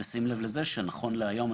נשים לב לזה שנכון להיום,